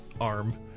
arm